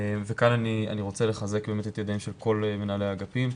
וכאן אני רוצה לחזק את ידיהם של כל מנהלי האגפים,